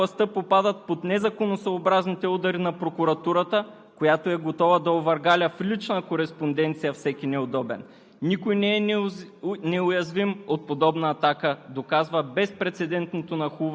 Заглушаването на критично мнение е белег на тоталитарните режими. Критиците на властта попадат под незаконосъобразните удари на прокуратурата, която е готова да овъргаля в лична кореспонденция всеки неудобен.